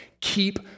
Keep